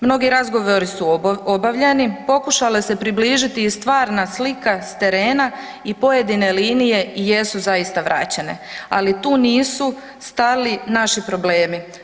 Mnogi razgovori su obavljeni, pokušalo se približiti i stvarna slika s terena i pojedine linije jesu zaista vraćene ali tu nisu stali naši problemi.